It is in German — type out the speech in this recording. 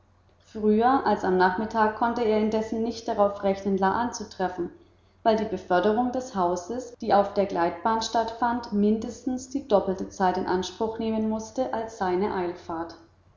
früher als am nachmittag konnte er indessen nicht darauf rechnen la anzutreffen weil die beförderung des hauses die auf der gleitbahn stattfand mindestens die doppelte zeit in anspruch nehmen mußte als seine eilfahrt